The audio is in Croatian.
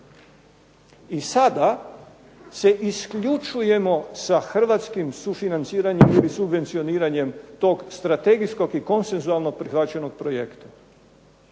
I sada se isključujemo sa hrvatskim sufinanciranjem ili subvencioniranjem tog strategijskog i konsenzualno prihvaćenog projekta.